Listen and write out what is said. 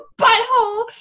butthole